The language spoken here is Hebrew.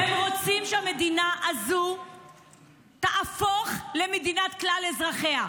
הם רוצים שהמדינה הזו תהפוך למדינת כל אזרחיה.